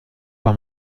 bei